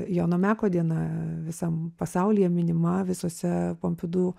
jono meko diena visam pasaulyje minima visose pompidu